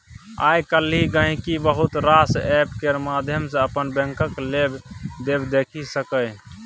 आइ काल्हि गांहिकी बहुत रास एप्प केर माध्यम सँ अपन बैंकक लेबदेब देखि सकैए